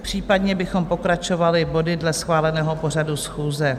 Případně bychom pokračovali body dle schváleného pořadu schůze.